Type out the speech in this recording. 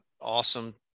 Awesome